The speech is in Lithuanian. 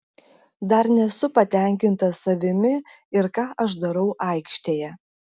dar nesu patenkintas savimi ir ką aš darau aikštėje